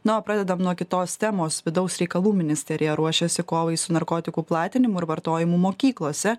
na o pradedam nuo kitos temos vidaus reikalų ministerija ruošiasi kovai su narkotikų platinimu ir vartojimu mokyklose